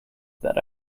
that